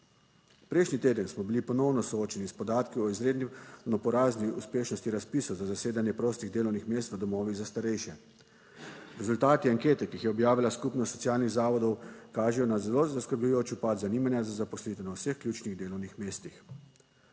Prejšnji teden smo bili ponovno soočeni s podatki o izredni porazni uspešnosti razpisov za zasedanje prostih delovnih mest v domovih za starejše. Rezultati ankete, ki jih je objavila Skupnost socialnih zavodov, kažejo na zelo zaskrbljujoč upad zanimanja za zaposlitev na vseh ključnih delovnih mestih.